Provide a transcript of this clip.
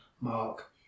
mark